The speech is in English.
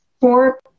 four